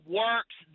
works